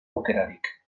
aukerarik